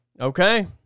Okay